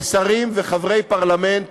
לשרים וחברי פרלמנט